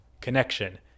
connection